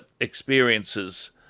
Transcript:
experiences